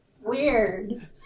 Weird